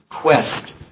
quest